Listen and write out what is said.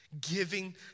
Giving